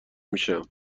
میشم